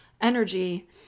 energy